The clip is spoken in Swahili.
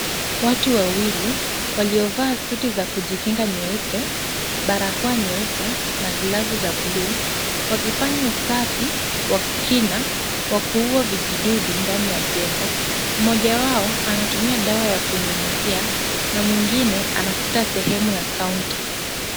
Watu wawili waliovaa suti za kujikinga nyeupe, barakoa nyeupe na glavu za bluu, wakifanya usafi kwa kina wa kuua vidudu ndani ya jengo, mmoja wao anatumia dawa ya kunyunyuzia na mwingine anavuta sehemu ya kaunta.